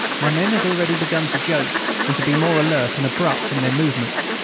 my men had already begun to joke and to be more alert and abrupt in their movements.